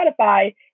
spotify